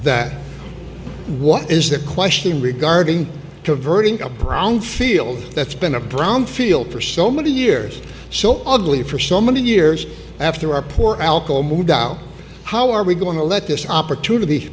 that what is that question regarding to averting a problem field that's been a problem field for so many years so ugly for so many years after our poor alco moved out how are we going to let this opportunity